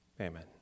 Amen